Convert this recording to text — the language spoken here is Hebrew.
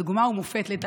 זו דוגמה ומופת, לטעמי,